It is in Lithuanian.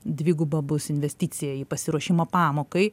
dviguba bus investicija į pasiruošimą pamokai